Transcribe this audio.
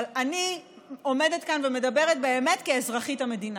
אבל אני עומדת כאן ומדברת באמת כאזרחית המדינה.